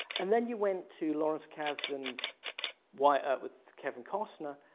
and then you went to lawrence kasdan's wyatt earp with kevin costner,